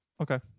Okay